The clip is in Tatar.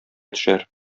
төшәр